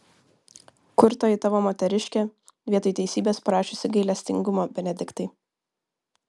kur toji tavo moteriškė vietoj teisybės prašiusi gailestingumo benediktai